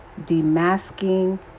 demasking